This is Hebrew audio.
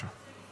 בבקשה.